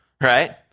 Right